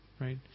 right